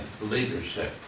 leadership